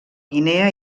guinea